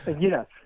Yes